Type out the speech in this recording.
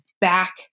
back